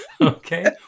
Okay